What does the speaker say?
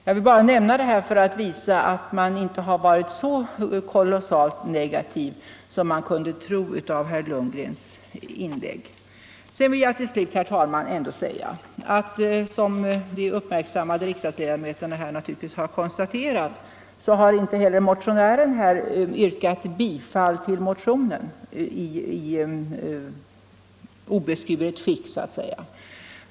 Jag vill bara nämna detta för att visa att man på personalhåll inte har varit så kolossalt negativ som man kunde tro av herr Lundgrens inlägg. Jag vill till slut, herr talman, ändå säga att — något som de uppmärksamma riksdagsledamöterna naturligtvis har konstaterat — inte heller motionären har yrkat bifall till motionen i obeskuret skick.